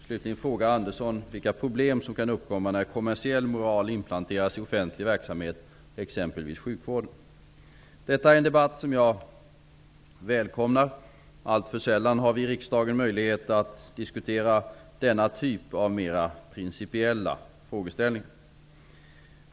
Slutligen frågar Andersson vilka problem som kan uppkomma när kommersiell moral inplanteras i offentlig verksamhet, exempelvis i sjukvården. Detta är en debatt som jag välkomnar. Alltför sällan har vi i riksdagen möjlighet att diskutera denna typ av mer principiell frågeställning.